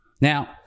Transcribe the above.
Now